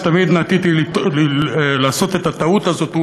ותמיד נטיתי לעשות את הטעות הזאת,